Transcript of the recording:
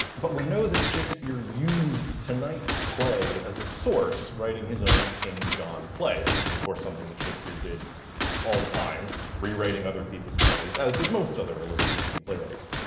but we know that shakespeare used tonight's play as a source writing his own king john play. this is of course something that shakespeare did all the time rewriting other people's plays as did most other elizabethan playwrights